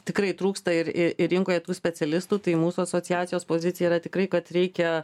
tikrai trūksta ir į ir rinkoje tų specialistų tai mūsų asociacijos pozicija yra tikrai kad reikia